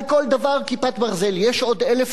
"כיפת ברזל": יש עוד 1,000 טילים בעזה,